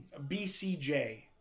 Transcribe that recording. BCJ